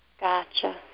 Gotcha